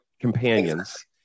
companions